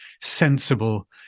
sensible